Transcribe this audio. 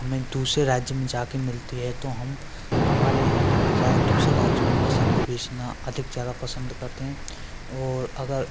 हमें दूसरे राज्य में जाकर मिलती है तो हम हमारे यहाँ के बजाय दूसरे राज्य में फसल को बेचना अधिक ज्यादा पसंद करते हैं और अगर